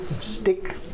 stick